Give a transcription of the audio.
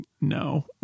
No